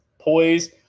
poise